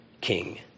king